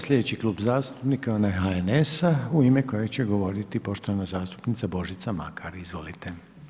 Sljedeći Klub zastupnika je onaj HNS-a u ime kojeg će govoriti poštovana zastupnica Božica Makar, izvolite.